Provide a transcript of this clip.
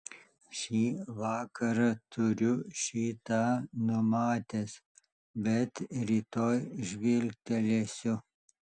šį vakarą turiu šį tą numatęs bet rytoj žvilgtelėsiu